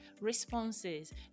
responses